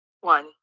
One